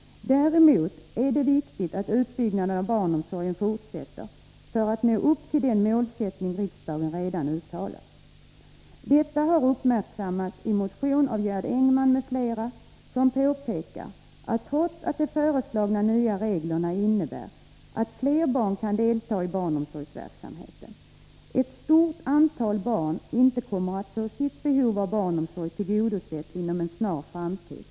Däremot är det viktigt att utbyggnaden av barnomsorgen fortsätter för att nå upp till den målsättning riksdagen redan uttalat. Detta har också uppmärksammats i en motion av Gerd Engman m.fl., som påpekar att trots att de föreslagna nya reglerna innebär att fler barn kan delta i barnomsorgsverksamheten, kommer ett stort antal barn inte att få sitt behov av barnomsorg tillgodosett inom en snar framtid.